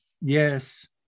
Yes